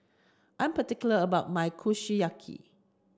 I'm particular about my Kushiyaki